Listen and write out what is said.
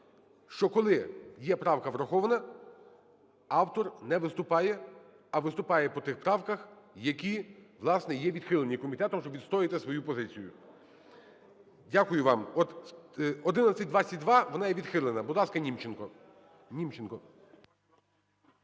що коли є правка врахована, автор не виступає, а виступає по тих правках, які, власне, відхилені комітетом, щоб відстояти свою позицію. Дякую вам. От, 1122 вона є відхилена. Будь ласка, Німченко.